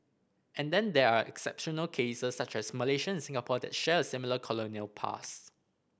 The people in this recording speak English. and then there are exceptional cases such as Malaysian and Singapore that share a similar colonial past